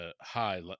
high